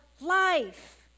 life